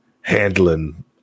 handling